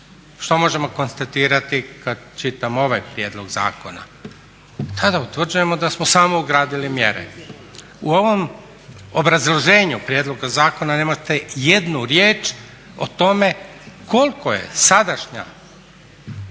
Što možemo konstatirati kad čitamo ovaj prijedlog zakona? Tada utvrđujemo da smo samo ugradili mjere. U ovom obrazloženju zakona nemate jednu riječ o tome koliko je sadašnja